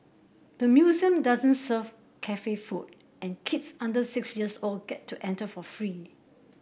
the museum doesn't serve cafe food and kids under six years old get to enter for free